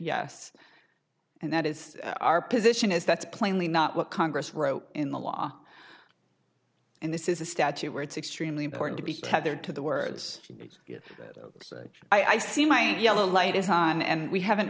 yes and that is our position is that's plainly not what congress wrote in the law and this is a statute where it's extremely important to be tethered to the words i see my yellow light is on and we haven't